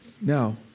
Now